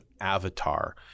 avatar